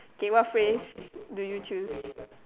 k what phrase do you choose